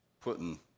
putting